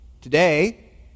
Today